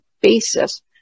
basis